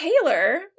Taylor